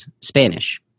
Spanish